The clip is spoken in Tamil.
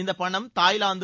இந்த பணம் தாய்லாந்து